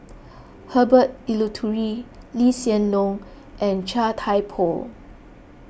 Herbert Eleuterio Lee Hsien Loong and Chia Thye Poh